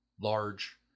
large